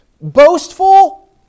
boastful